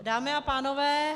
Dámy a pánové